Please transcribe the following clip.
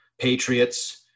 Patriots